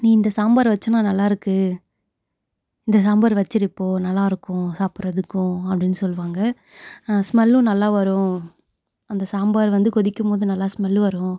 நீ இந்த சாம்பார் வச்சேனா நல்லாயிருக்கு இந்த சாம்பார் வச்சிடு இப்போது நல்லாயிருக்கும் சாப்புடுறதுக்கும் அப்படினு சொல்வாங்க ஸ்மெல்லும் நல்லா வரும் அந்த சாம்பார் வந்து கொதிக்கும்போது நல்லா ஸ்மெல்லு வரும்